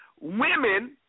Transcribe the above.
women